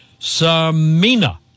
Samina